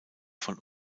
von